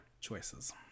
Choices